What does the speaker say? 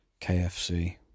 KFC